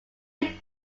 him